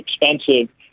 expensive